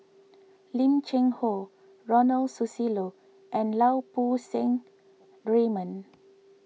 Lim Cheng Hoe Ronald Susilo and Lau Poo Seng Raymond